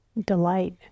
delight